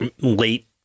late